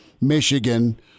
Michigan